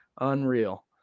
unreal